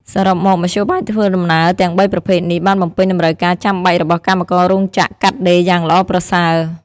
សរុបមក មធ្យោបាយធ្វើដំណើរទាំងបីប្រភេទនេះបានបំពេញតម្រូវការចាំបាច់របស់កម្មកររោងចក្រកាត់ដេរយ៉ាងល្អប្រសើរ។